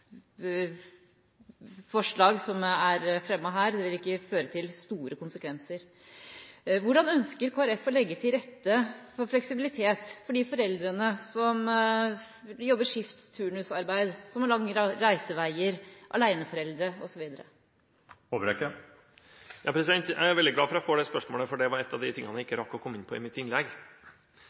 føre til store konsekvenser. Hvordan ønsker Kristelig Folkeparti å legge til rette for fleksibilitet for de foreldrene som jobber skift- og turnusarbeid, som har lang reisevei, aleneforeldre, osv.? Jeg er veldig glad for at jeg får det spørsmålet – det var en av de tingene jeg ikke rakk å komme inn på i mitt innlegg.